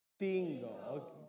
Tingo